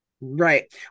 Right